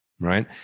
right